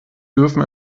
dürfen